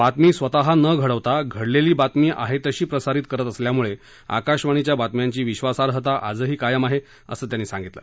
बातमी स्वतः न घडवता घडलेली बातमी आहे तशी प्रसारित करत असल्यामुळे आकाशवाणीच्या बातम्यांची विश्वासार्हता आजही कायम आहेअसं त्यांनी सांगितलं